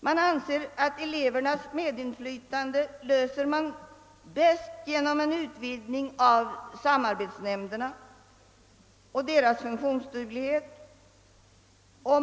Man anser att frågan om elevernas medinflytande bäst löses genom en utvidgning av samarbetsnämnderna och därmed av deras funktionsduglighet.